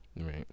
right